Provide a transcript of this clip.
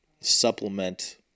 supplement